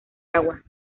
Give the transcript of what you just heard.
agua